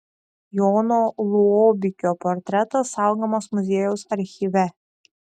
jono luobikio portretas saugomas muziejaus archyve